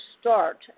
start